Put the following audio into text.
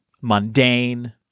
mundane